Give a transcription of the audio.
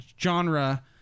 genre